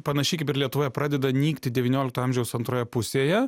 panašiai kaip ir lietuvoje pradeda nykti devyniolikto amžiaus antroje pusėje